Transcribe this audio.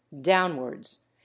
downwards